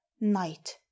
night